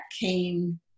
came